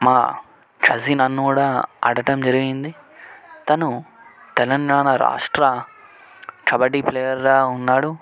మా కజిన్ అన్న కూడా ఆడటం జరిగింది తను తెలంగాణ రాష్ట్ర కబడ్డీ ప్లేయర్గా ఉన్నాడు